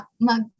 mag